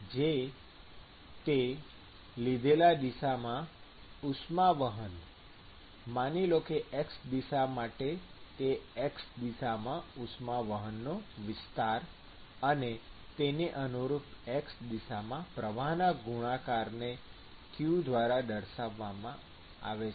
જે તે લીધેલ દિશામાં ઉષ્મા વહન માની લો કે x દિશા માટે તે x દિશામાં ઉષ્મા વહનનો વિસ્તાર અને તેને અનુરૂપ x દિશામાં પ્રવાહના ગુણાકારને q દ્વારા દર્શાવામાં આવે છે